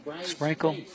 Sprinkle